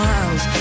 Miles